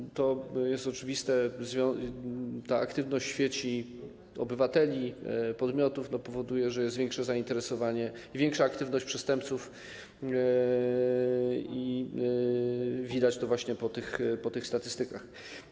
I to jest oczywiste, że ta aktywność w sieci obywateli, podmiotów powoduje, że jest większe zainteresowanie, większa aktywność przestępców, i widać to właśnie po tych statystykach.